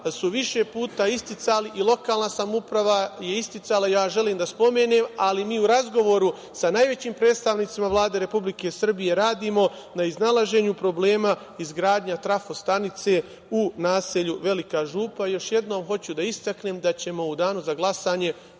su više puta isticali i lokalna samouprava je isticala, ja želim da spomenem, ali ni u razgovoru sa najvećim predstavnicima Vlade Republike Srbije radimo na iznalaženju problema izgradnje trafostanice u naselju Velika Župa. Još jednom hoću da istaknem da ćemo u danu za glasanje